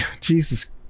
Jesus